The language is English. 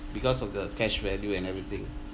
because of the cash value and everything